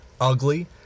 ugly